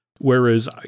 Whereas